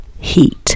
heat